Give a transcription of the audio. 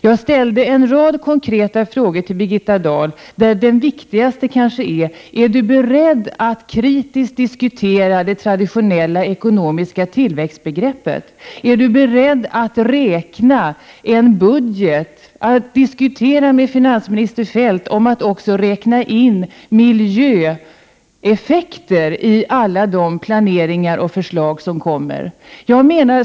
Jag ställde en rad konkreta frågor till Birgitta Dahl, där den viktigaste kanske är om hon är beredd att kritiskt diskutera traditionella ekonomiska tillväxtbegrepp, beredd att diskutera med finansminister Feldt om att också räkna in miljöeffekter i alla de planeringar och förslag som kommer.